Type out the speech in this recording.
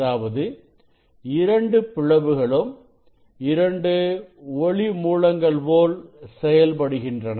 அதாவது இரண்டு பிளவுகளும் இரண்டு ஒளி மூலங்கள் போல் செயல்படுகின்றன